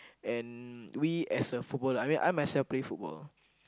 and we as a football I mean I myself play football